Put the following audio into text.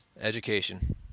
Education